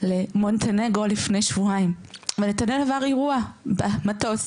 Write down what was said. למונטנגרו לפני שבועיים, ונתנאל עבר אירוע במטוס.